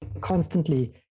constantly